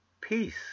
Peace